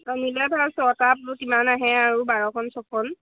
মিলে ভাৰ চকাপোৰ কিমান আহে আৰু বাৰখনণ ছকণ